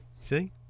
see